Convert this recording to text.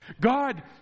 God